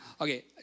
Okay